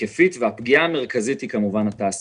והפגיעה המרכזית היא כמובן התעסוקה.